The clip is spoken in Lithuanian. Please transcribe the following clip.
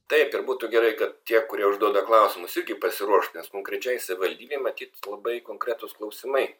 taip ir būtų gerai kad tie kurie užduoda klausimus irgi pasiruoštų nes konkrečiai savivaldybei matyt labai konkretūs klausimai